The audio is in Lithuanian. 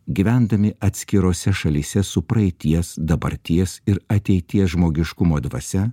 gyvendami atskirose šalyse su praeities dabarties ir ateities žmogiškumo dvasia